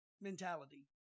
mentality